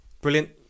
brilliant